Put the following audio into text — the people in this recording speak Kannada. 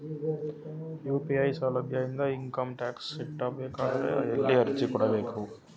ಯು.ಪಿ.ಐ ಸೌಲಭ್ಯ ಇಂದ ಇಂಕಮ್ ಟಾಕ್ಸ್ ಕಟ್ಟಬೇಕಾದರ ಎಲ್ಲಿ ಅರ್ಜಿ ಕೊಡಬೇಕು?